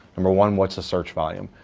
number one, what's the search volume?